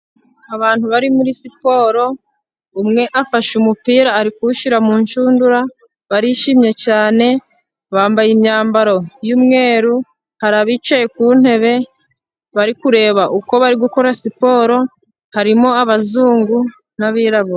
Abantu bari muri siporo, umwe afashe umupira ari kuwushyira mu nshundura, barishimye cyane, bambaye imyambaro y'umweru, hari abicaye ku ntebe bari kureba uko bari gukora siporo, harimo abazungu n'abirabura.